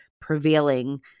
prevailing